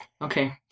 Okay